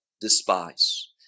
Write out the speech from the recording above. despise